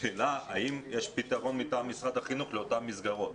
השאלה האם יש פתרון מטעם משרד החינוך לאותן מסגרות.